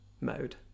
mode